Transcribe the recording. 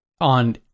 on